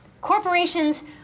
Corporations